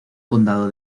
condado